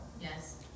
Yes